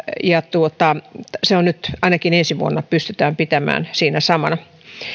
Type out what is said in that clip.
ja se ainakin ensi vuonna pystytään pitämään siinä samana